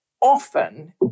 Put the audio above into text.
often